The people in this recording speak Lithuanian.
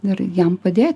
ir jam padėti